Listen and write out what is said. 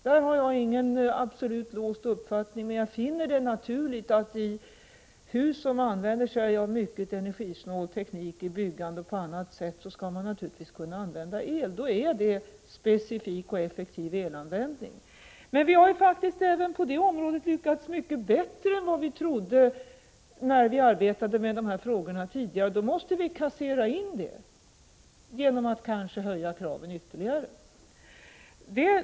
Därvidlag har jag ingen absolut låst uppfattning. Men jag anser att man i hus där det utnyttjas mycket energisnål teknik i byggande och på annat sätt naturligtvis skall kunna använda el. Då är det specifik och effektiv elanvändning. Vi har faktiskt även på det området lyckats mycket bättre än vi trodde när vi arbetade med de här frågorna tidigare. Då måste vi också kassera in detta genom att kanske höja kraven ytterligare.